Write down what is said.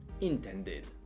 intended